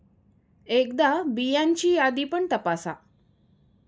एकदा बियांची यादी पण तपासा